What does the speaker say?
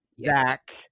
zach